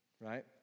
right